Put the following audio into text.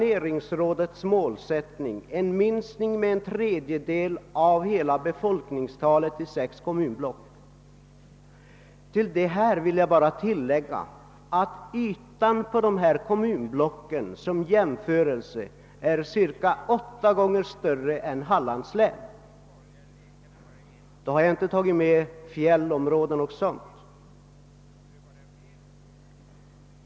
En minskning med en tredjedel av hela befolkningen i sex kommunblock är alltså planeringsrådets mål. Som jämförelse vill jag bara tillägga att dessa kommunblocks yta är cirka åtta gånger större än Hallands län och då har jag ändå inte medräknat fjällområden o. d.